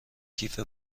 کیف